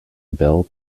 bell